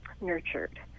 nurtured